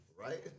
Right